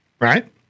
right